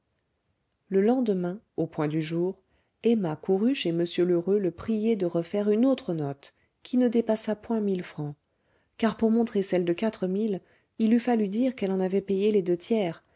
le lendemain au point du jour emma courut chez m lheureux le prier de refaire une autre note qui ne dépassât point mille francs car pour montrer celle de quatre mille il eût fallu dire qu'elle en avait payé les deux tiers